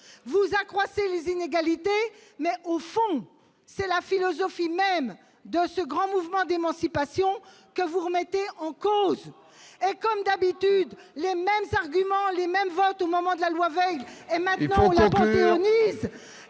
Vous accroissez les inégalités, mais, au fond, c'est la philosophie même de ce grand mouvement d'émancipation que vous remettez en cause, avec, comme d'habitude, les mêmes arguments, les mêmes votes qu'à l'époque, et ce peu de temps après la panthéonisation